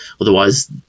otherwise